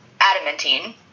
adamantine